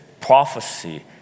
prophecy